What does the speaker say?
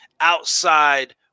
outside